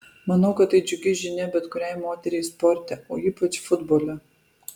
manau kad tai džiugi žinia bet kuriai moteriai sporte o ypač futbole